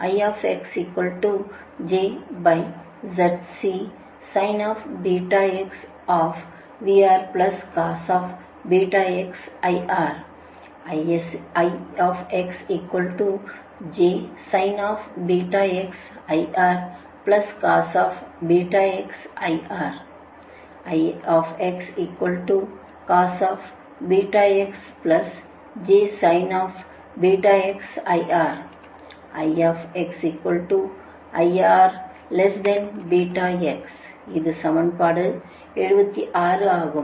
இது சமன்பாடு 76 ஆகும்